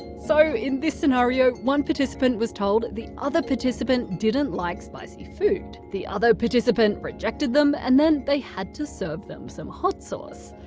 so in this scenario, one participant was told the other participant didn't like spicy food. the other participant rejected them, and then they had to serve them some hot sauce.